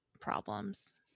problems